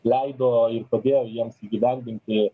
leido ir padėjo jiems įgyvendinti